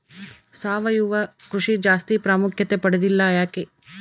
ಸಾವಯವ ಕೃಷಿ ಜಾಸ್ತಿ ಪ್ರಾಮುಖ್ಯತೆ ಪಡೆದಿಲ್ಲ ಯಾಕೆ?